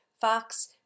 Fox